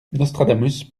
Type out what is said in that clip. nostradamus